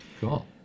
Cool